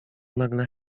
nagle